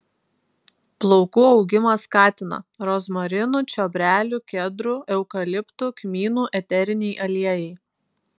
plaukų augimą skatina rozmarinų čiobrelių kedrų eukaliptų kmynų eteriniai aliejai